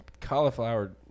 cauliflower